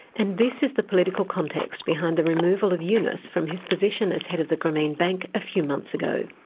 and this is the political context behind the removal of yunus from his position as head of the grameen bank a few months ago.